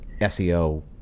SEO